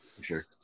sure